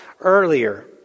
earlier